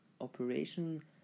Operation